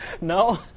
No